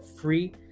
free